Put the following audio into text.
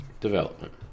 development